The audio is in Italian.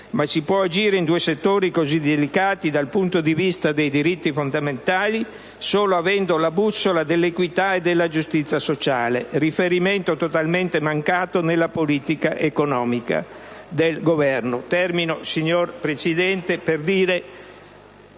ma si può agire in due settori così delicati dal punto di vista dei diritti fondamentali solo avendo la bussola dell'equità e della giustizia sociale: riferimento totalmente mancato nella politica economica del Governo. Nel concludere, signora Presidente, sottolineo